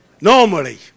Normally